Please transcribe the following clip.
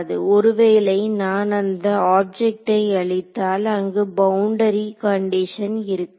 ஒருவேளை நான் அந்த ஆப்ஜெக்ட்டை அளித்தால் அங்கு பவுண்டரி கண்டிஷன் இருக்காது